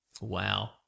wow